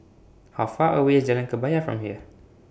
How Far away IS Jalan Kebaya from here